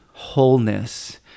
wholeness